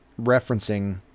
referencing